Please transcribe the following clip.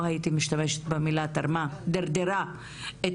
אולי בעצם לא הייתי משתמשת במילה "תרמה" יותר דרדרה את